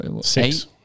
Six